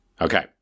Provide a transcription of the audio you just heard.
Okay